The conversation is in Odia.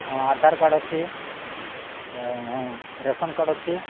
ହଁ ଆଧାର କାର୍ଡ଼୍ ଅଛି ଏଇଟା ହଁ ରେସନ୍ କାର୍ଡ଼୍ ଅଛି